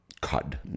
cud